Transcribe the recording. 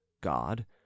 god